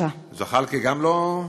זחאלקה גם לא כאן?